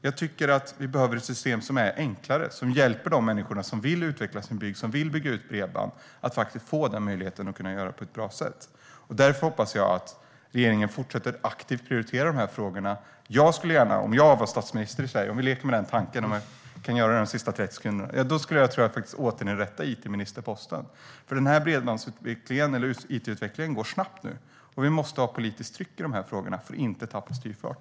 Jag tycker att vi behöver ett system som är enklare och som hjälper de människor som vill utveckla sin bygd och som vill bygga ut bredband, så att de får möjligheten att göra det på ett bra sätt. Därför hoppas jag att regeringen fortsätter att aktivt prioritera de här frågorna. Kan vi under de sista 30 sekunderna av min talartid leka med tanken att jag vore statsminister i Sverige? Då tror jag att jag skulle återinrätta it-ministerposten. Bredbandsutvecklingen - it-utvecklingen - går snabbt nu, och vi måste ha politiskt tryck i de frågorna för att inte tappa styrfart.